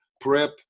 Prep